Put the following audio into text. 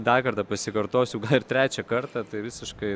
dar kartą pasikartosiu gal ir trečią kartą tai visiškai